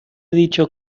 dicho